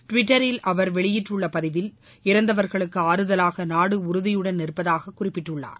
டுவிட்டரில் அவர் வெளியிட்டுள்ள பதிவில் இறந்தவர்களுக்கு ஆறுதவாக நாடு உறுதியுடன் நிற்பதாக குறிப்பிட்டுள்ளார்